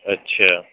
اچھا